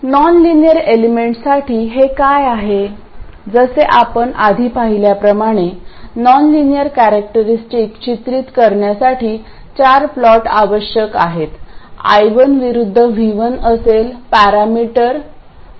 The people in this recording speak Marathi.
नॉनलिनियर एलिमेंटसाठी हे काय आहे जसे आपण आधी पाहिल्याप्रमाणे नॉनलिनियर कॅरॅक्टरीस्टिक चित्रित करण्यासाठी चार प्लॉट आवश्यक आहेत I1 विरूद्ध V1 असेल पॅरामीटर म्हणून V2 असेल